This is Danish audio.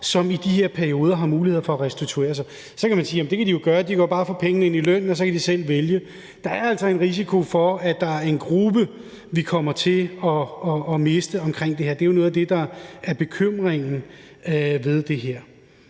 som i de her perioder har mulighed for at restituere sig. Så kan man sige, at de jo bare kan få pengene via lønnen, og så kan de selv vælge, men der er altså en risiko for, at vi kommer til at tabe en gruppe på den måde – det er jo noget af det, der er bekymringen ved det her.